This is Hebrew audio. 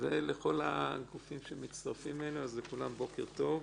ולכל הגופים שמצטרפים אלינו לכולם בוקר טוב.